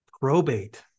probate